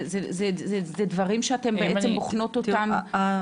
זה דברים שאתן בעצם בוחנות אותן?